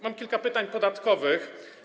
Mam kilka pytań podatkowych.